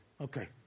Okay